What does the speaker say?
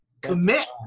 Commit